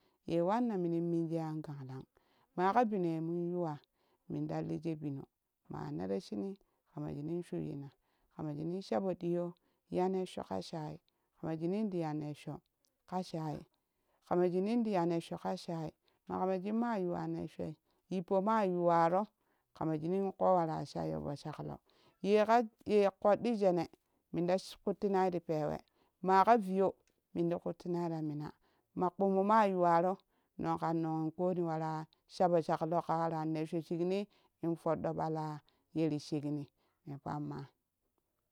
Ye wanma minin minsha an gang lang maka bino ye mun yuwa min ta lii sha bino ma wannara shumnii kama shuunin shuiyina kama shiinin shapoo diyo ya ni cesho ƙa shai kama shiinin tiya nessho ka shai kama shinin ti ya neesho ka shai ma kamashin ma yuwa nessho kashai yiggo maa yuwaro kama shunin koo wara shaiyo for shaklo ye kaa ye kodɗi jenee minta ti kutti nai ti pewe ma ka viyo min ti kuttimai ra mina ma kpumu ma yuwa roo nong kan nong koni wara shapo shaklo ka wara nosho shikni in foddo ɓala yeri shikni ne pamma